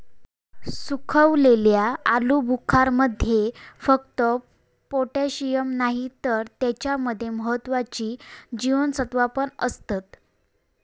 सुखवलेल्या आलुबुखारमध्ये फक्त पोटॅशिअम नाही तर त्याच्या मध्ये महत्त्वाची जीवनसत्त्वा पण असतत